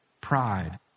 pride